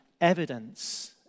evidence